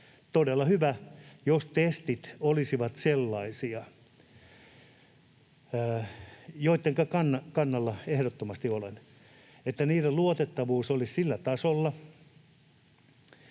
Todella hyvä olisi, jos testit olisivat sellaisia — joiden kannalla ehdottomasti olen — että niiden luotettavuus olisi sillä tasolla,